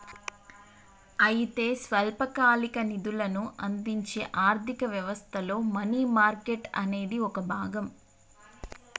అయితే స్వల్పకాలిక నిధులను అందించే ఆర్థిక వ్యవస్థలో మనీ మార్కెట్ అనేది ఒక భాగం